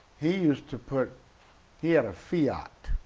he used to put he had a fiat,